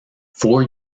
four